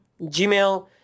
Gmail